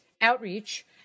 outreach